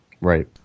Right